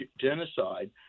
genocide